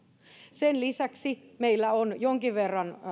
sen lisäksi meillä on jonkin verran